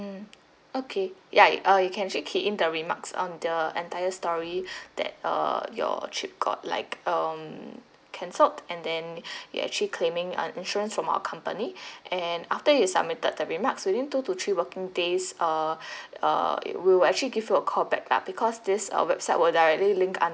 okay ya uh you can actually key in the remarks on the entire story that uh your trip got like um cancelled and then you actually claiming an insurance from our company and after you've submitted the remarks within two to three working days uh uh it will actually give you a call back lah because this uh website will directly link